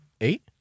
eight